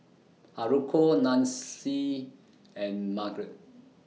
Haruko Nancy and Margrett